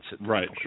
right